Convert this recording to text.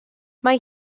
mae